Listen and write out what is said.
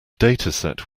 dataset